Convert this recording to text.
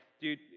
dude